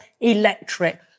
electric